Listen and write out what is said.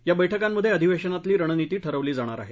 या बैठकांमध्ये अधिवेशनातली रणनीती ठरवली जाणार आहे